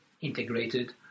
integrated